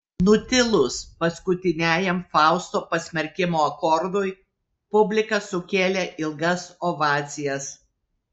nutilus paskutiniajam fausto pasmerkimo akordui publika sukėlė ilgas ovacijas